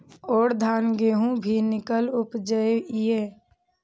और धान गेहूँ भी निक उपजे ईय?